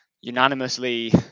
unanimously